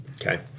okay